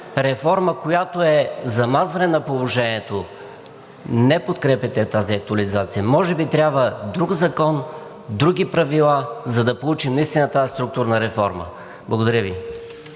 реформа, която е замазване на положението. Не подкрепяйте тази актуализация. Може би трябва друг закон, други правила, за да получим наистина тази структурна реформа. Благодаря Ви.